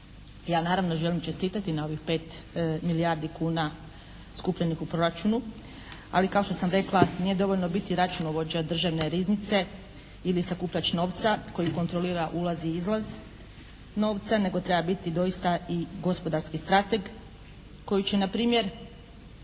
Ja naravno želim čestitati na ovih 5 milijardi kuna skupljenih u proračunu, ali kao što sam rekla nije dovoljno biti računovođa državne riznice ili sakupljač novca koji kontrolira ulaz i izlaz novca nego treba biti doista i gospodarski strateg koji će na primjer